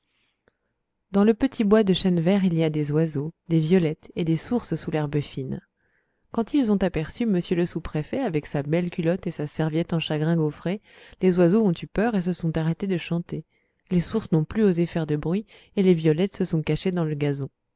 dans le petit bois de chênes verts il y a des oiseaux des violettes et des sources sous l'herbe fine quand ils ont aperçu m le sous-préfet avec sa belle culotte et sa serviette en chagrin gaufré les oiseaux ont eu peur et se sont arrêtés de chanter les sources n'ont plus osé faire de bruit et les violettes se sont cachées dans le gazon